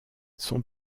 son